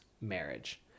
marriage